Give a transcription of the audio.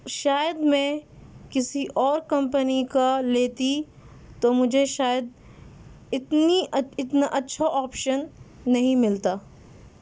شاید میں کسی اور کمپنی کا لیتی تو مجھے شاید اتنی اتنا اچھا آپش نہیں ملتا